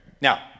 Now